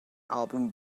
album